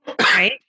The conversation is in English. right